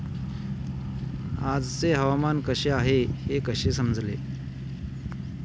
आजचे हवामान कसे आहे हे कसे समजेल?